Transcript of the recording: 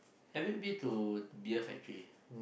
have you been to beer factory